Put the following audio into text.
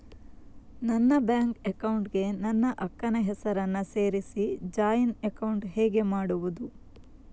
ನನ್ನ bank account ಗೆ ನನ್ನ ಅಕ್ಕ ನ ಹೆಸರನ್ನ ಸೇರಿಸಿ ಜಾಯಿನ್ ಅಕೌಂಟ್ ಹೇಗೆ ಮಾಡುದು?